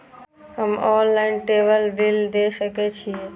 हम ऑनलाईनटेबल बील दे सके छी?